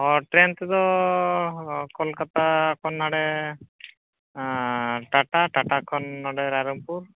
ᱦᱮᱸ train ᱛᱮᱫᱚᱻ ᱠᱳᱞᱠᱟᱛᱟ ᱠᱷᱚᱱ ᱱᱚᱰᱮ ᱴᱟᱴᱟ ᱴᱟᱴᱟ ᱠᱷᱚᱱ ᱱᱚᱰᱮ ᱨᱟᱭᱨᱚᱝᱯᱩᱨ